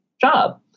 job